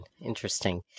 Interesting